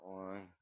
one